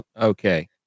Okay